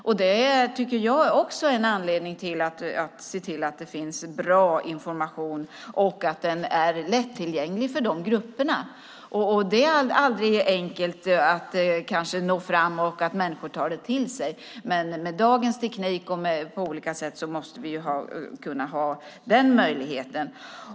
Också det är, tycker jag, en anledning till att se till att det finns bra information och att denna är lättillgänglig för grupperna i fråga. Det är kanske aldrig enkelt att nå fram och att uppnå att människor tar till sig informationen. Men med dagens teknik måste vi på olika sätt kunna ha den möjligheten.